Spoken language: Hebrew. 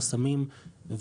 חסמים,